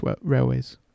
Railways